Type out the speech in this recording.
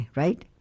right